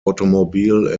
automobile